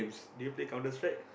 do you play Counter Strike